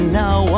now